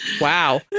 Wow